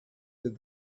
did